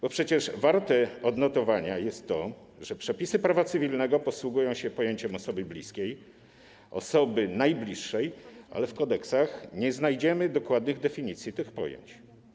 Bo przecież warte odnotowania jest to, że przepisy prawa cywilnego posługują się pojęciem osoby bliskiej, osoby najbliższej, ale w kodeksach nie znajdziemy dokładnych definicji tych pojęć.